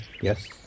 Yes